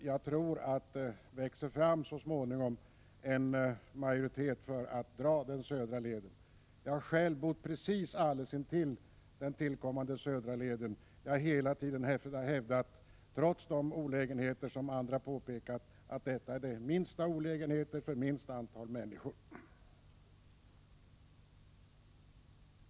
Jag tror att det så småningom kommer att växa fram en majoritet för ett förverkligande av den södra leden. Jag har själv bott alldeles intill den tillkommande södra leden, och jag har hela tiden hävdat — trots de olägenheter som andra har pekat på — att en sådan åtgärd medför den minsta olägenheten och att ett minimum av människor berörs därav.